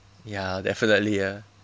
ya definitely ah